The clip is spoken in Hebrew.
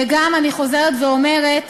וגם, אני חוזרת ואומרת,